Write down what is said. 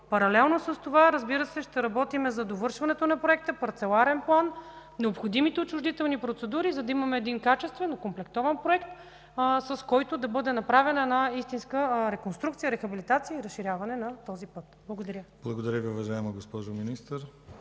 Паралелно с това, разбира се, ще работим за довършването на проекта – парцеларен план, необходимите отчуждителни процедури, за да имаме качествен, окомплектован проект, с който да бъде направена истинска реконструкция, рехабилитация и разширяване на този път. Благодаря. ПРЕДСЕДАТЕЛ ДИМИТЪР ГЛАВЧЕВ: Благодаря Ви, уважаема госпожо Министър.